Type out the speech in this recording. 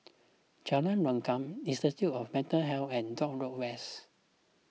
Jalan Rukam Institute of Mental Health and Dock Road West